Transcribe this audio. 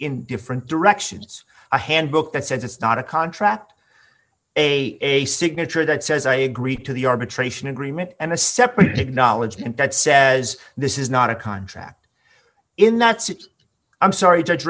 in different directions a handbook that says it's not a contract a a signature that says i agree to the arbitration agreement and a separate acknowledgement that says this is not a contract in that suit i'm sorry judge